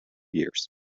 years